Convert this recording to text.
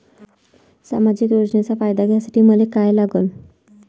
सामाजिक योजनेचा फायदा घ्यासाठी मले काय लागन?